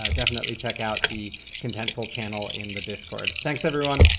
ah definitely check out the contentful channel in the discord. thanks, everyone.